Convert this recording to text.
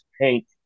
pink